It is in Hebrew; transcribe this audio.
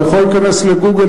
אתה יכול להיכנס ל"גוגל",